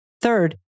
Third